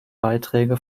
beiträge